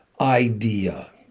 idea